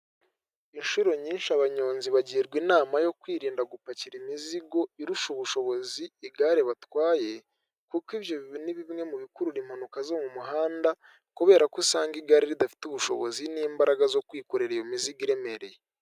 Inshuro nyinshi abanyonzi bagirwa inama yo kwirinda gupakira imizigo irusha ubushobozi igare batwaye, kuko ibyo ni bimwe mu bikurura impanuka zo mu muhanda kubera ko usanga igare ridafite ubushobozi n'imbaraga zo kwikorera iyo mizigo iremereye.